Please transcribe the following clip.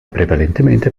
prevalentemente